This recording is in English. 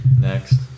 next